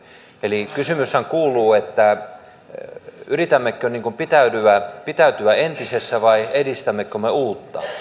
eli kysymyshän kuuluu yritämmekö pitäytyä pitäytyä entisessä vai edistämmekö me uutta